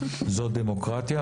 זאת דמוקרטיה.